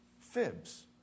Fibs